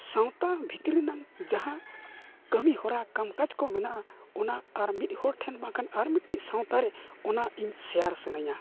ᱥᱟᱶᱛᱟ ᱵᱷᱤᱛᱤᱨ ᱨᱮᱱᱟᱜ ᱡᱟᱦᱟᱸ ᱠᱟᱹᱢᱤ ᱦᱚᱨᱟ ᱠᱟᱢ ᱠᱟᱡᱽ ᱠᱚ ᱢᱮᱱᱟᱜᱼᱟ ᱚᱱᱟ ᱟᱨ ᱢᱤᱫ ᱦᱚᱲ ᱴᱷᱮᱱ ᱵᱟᱠᱷᱟᱱ ᱟᱨ ᱢᱤᱫᱴᱮᱡ ᱥᱟᱶᱛᱟ ᱨᱮ ᱚᱱᱟ ᱤᱧ ᱥᱮᱭᱟᱨ ᱥᱟᱱᱟᱧᱟ